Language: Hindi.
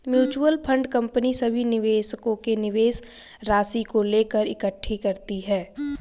म्यूचुअल फंड कंपनी सभी निवेशकों के निवेश राशि को लेकर इकट्ठे करती है